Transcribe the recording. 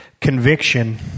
conviction